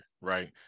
right